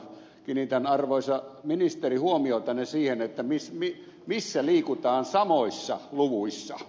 kiinnitän arvoisa ministeri huomiotanne siihen missä liikutaan samoissa luvuissa